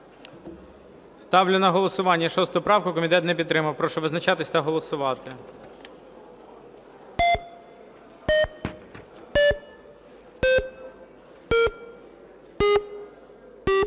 Ставлю на голосування 6 правку. Комітет не підтримав. Прошу визначатись та голосувати.